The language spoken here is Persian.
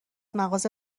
مغازه